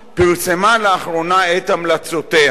פרסמה לאחרונה את המלצותיה.